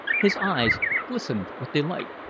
his eyes glistened with delight,